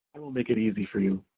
i will make it easy for you.